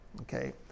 Okay